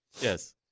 Yes